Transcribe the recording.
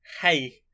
Hey